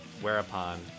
whereupon